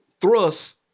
thrust